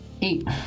Eight